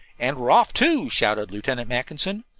and we're off, too, shouted lieutenant mackinson.